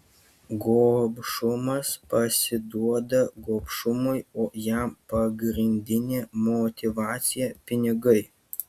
gobšumas pasiduoda gobšumui o jam pagrindinė motyvacija pinigai